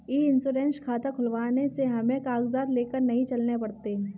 ई insurance खाता खुलवाने से हमें कागजात लेकर नहीं चलने पड़ते